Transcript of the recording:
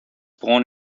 born